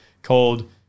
called